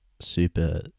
super